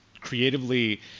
creatively